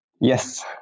Yes